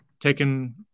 taken